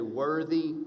worthy